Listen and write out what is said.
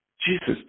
Jesus